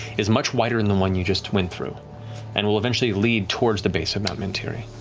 is much wider than the one you just went through and will eventually lead towards the base of mount mentiri.